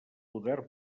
poder